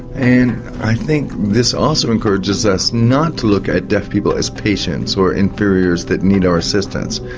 and i think this also encourages us not to look at deaf people as patients, or inferiors that need our assistance.